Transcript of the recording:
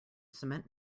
cement